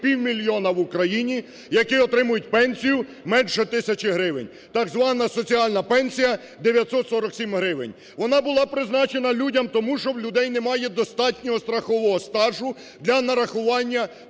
півмільйона в Україні, які отримують пенсію менше тисячі гривень, так звана соціальна пенсія 947 гривень. Вона була призначена людям, тому що в людей немає достатнього страхового стажу для нарахування